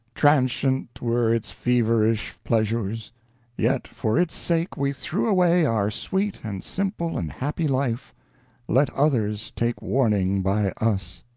transient were its feverish pleasures yet for its sake we threw away our sweet and simple and happy life let others take warning by us.